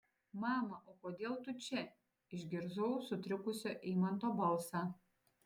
mama o kodėl tu čia išgirdau sutrikusio eimanto balsą